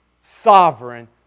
sovereign